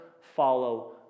follow